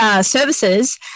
services